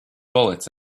bullets